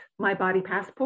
mybodypassport